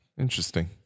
Interesting